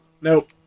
Nope